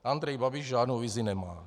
Andrej Babiš žádnou vizi nemá.